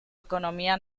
ekonomia